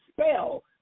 spell